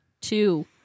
two